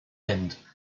end